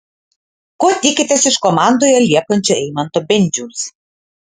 ko tikitės iš komandoje liekančio eimanto bendžiaus